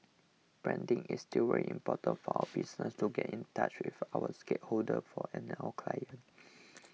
branding is still very important for our business to get in touch with our stakeholders for and our clients